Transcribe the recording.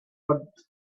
but